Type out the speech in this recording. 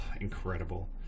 Incredible